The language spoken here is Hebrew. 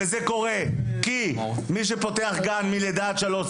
זה קורה כי מי שפותח גן לגילאי לידה עד שלוש,